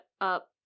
up